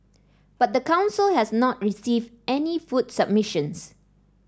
but the council has not received any food submissions